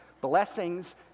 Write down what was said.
blessings